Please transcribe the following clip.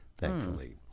thankfully